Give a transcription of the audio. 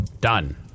done